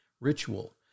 ritual